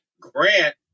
grant